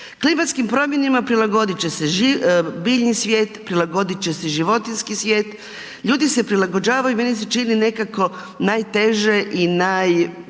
Klimatskim promjenama prilagodit će se biljni svijet, prilagodit će se životinjski svijet, ljudi se prilagođavaju, meni se čini nekako najteže i naj,